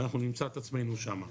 ואנחנו נמצא את עצמנו שם.